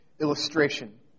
illustration